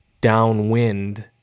downwind